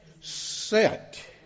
Set